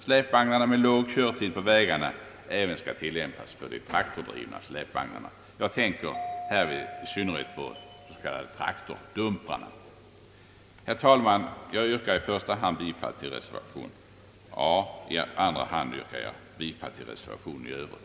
släpvagnarna med kort körtid på vägarna skall tillämpas även för de traktordrivna släpvagnarna. Jag tänker härvid i synnerhet på de s.k. traktordumprarna. Herr talman! Jag yrkar i första hand bifall till reservationens punkt A och i andra hand till reservationen i övrigt.